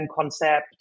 concept